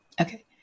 Okay